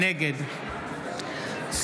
נגד סימון מושיאשוילי,